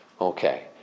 Okay